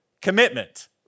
commitment